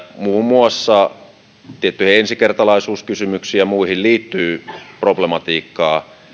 muassa tiettyihin ensikertalaisuuskysymyksiin ja muihin liittyy problematiikkaa